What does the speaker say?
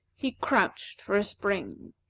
he crouched for a spring.